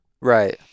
Right